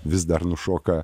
vis dar nušoka